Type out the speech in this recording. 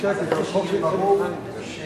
של עברייני מין במוסדות מסוימים (תיקון מס' 6)